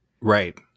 Right